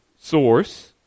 source